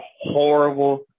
horrible